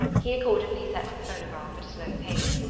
he accordingly set the phonograph at a slow pace,